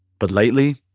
but lately,